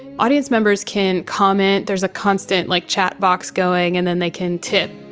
audience members can comment. there's a constant, like, chat box going. and then they can tip.